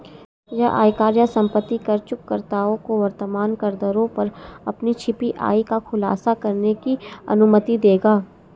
यह आयकर या संपत्ति कर चूककर्ताओं को वर्तमान करदरों पर अपनी छिपी आय का खुलासा करने की अनुमति देगा